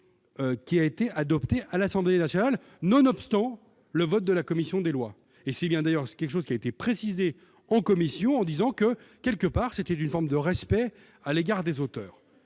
qui a été adopté à l'Assemblée nationale, nonobstant le vote de la commission des lois, et si bien d'ailleurs ce quelque chose qui a été précisées en commission en disant que, quelque part, c'était d'une forme de respect à l'égard des auteurs